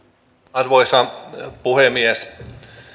arvoisa puhemies